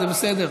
זה בסדר.